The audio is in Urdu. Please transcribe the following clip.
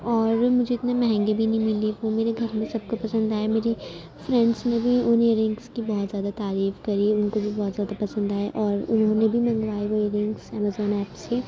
اور مجھے اتنے مہنگے بھی نہیں ملے میرے گھر میں سب کو پسند آئے میری فرینڈس نے بھی ان ائیررنگس کی بہت زیادہ تعریف کری ان کو بھی بہت زیادہ پسند آئے اور انہوں نے بھی منگوائے وہ ائیررنگس امیزون ایپ سے